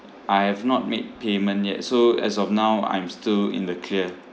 I have not made payment yet so as of now I'm still in the clear